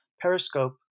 Periscope